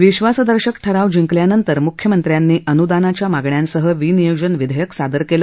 विश्वासदर्शक ठराव जिंकल्यानंतर म्ख्यमंत्र्यांनी अनुदानाच्या मागण्यांसह विनियोजन विधेयक सादर केलं